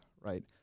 right